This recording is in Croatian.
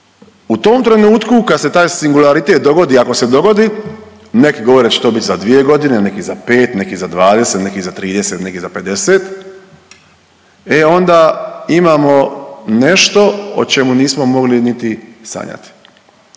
U tom trenutku kad se taj singularitet dogodi, ako se dogodi neki govore što bi za dvije godine, neki za pet, neki za 20, neki za 30, neki za 50 e onda imamo nešto o čemu nismo mogli niti sanjati.